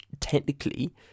Technically